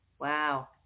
wow